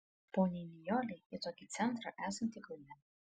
poniai nijolei į tokį centrą esantį kaune